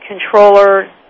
controller